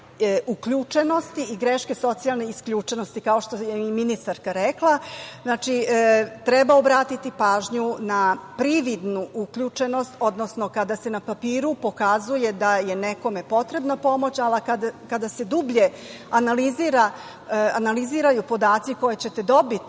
uključenosti i greške socijalne isključenosti, kao što je i ministarka rekla. Znači, treba obratiti pažnju na prividnu uključenost, odnosno kada se na papiru pokazuje da je nekome potrebna pomoć, ali kada se dublje analiziraju podaci koje ćete dobiti